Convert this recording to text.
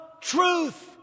truth